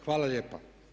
Hvala lijepa.